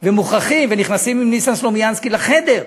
ומוכרחים, ונכנסים עם ניסן סלומינסקי לחדר,